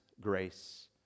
grace